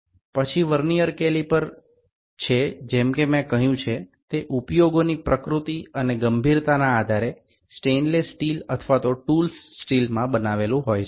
પછી vernier caliper છે જેમ કે મેં કહ્યું છે તે ઉપયોગોની પ્રકૃતિ અને ગંભીરતાના આધારે સ્ટેઈનલેસ સ્ટીલ અથવા તો ટૂલ્સ સ્ટીલથી બનાવેલું હોય છે